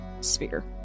sphere